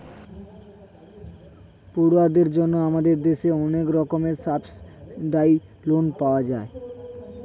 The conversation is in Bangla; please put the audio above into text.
পড়ুয়াদের জন্য আমাদের দেশে অনেক রকমের সাবসিডাইস্ড্ লোন পাওয়া যায়